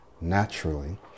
naturally